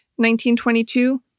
1922